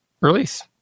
release